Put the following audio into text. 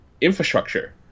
infrastructure